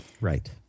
Right